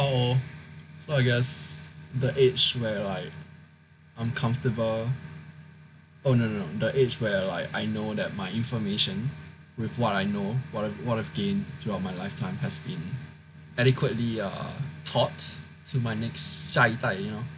oh so I guess the age where like I'm comfortable oh no no the age where like I know that my information with what I know what I've what I've gained on my lifetime has been adequately uh taught to my next 下一代 you know